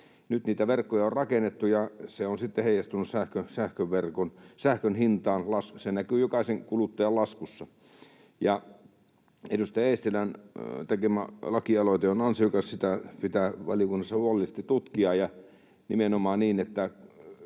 Nyt niitä verkkoja on rakennettu, ja se on sitten heijastunut sähkön hintaan. Se näkyy jokaisen kuluttajan laskussa. Edustaja Eestilän tekemä lakialoite on ansiokas. Sitä pitää valiokunnassa huolellisesti tutkia, ja nimenomaan niin, että